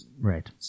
right